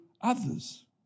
others